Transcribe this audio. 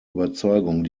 überzeugung